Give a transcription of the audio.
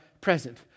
present